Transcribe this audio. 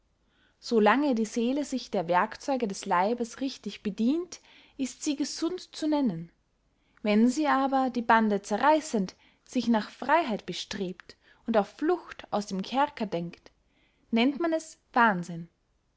lange die seele sich der werkzeuge des leibes richtig bedient ist sie gesund zu nennen wenn sie aber die bande zerreissend sich nach freyheit bestrebt und auf flucht aus dem kerker denkt nennt man es wahnsinn